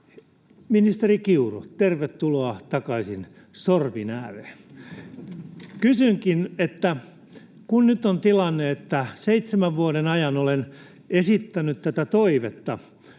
Ministeri Kiuru, tervetuloa takaisin sorvin ääreen. Kysynkin: Nyt on tilanne, että seitsemän vuoden ajan olen esittänyt tätä toivetta,